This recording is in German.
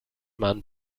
man